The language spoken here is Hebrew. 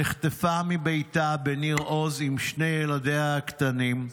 נחטפה מביתה בניר עוז עם שני ילדיה הקטנים,